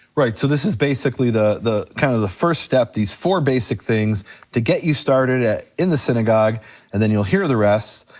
right, so this is basically kinda the kind of the first step, these four basic things to get you started ah in the synagogue and then you'll hear the rest,